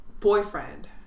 boyfriend